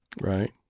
Right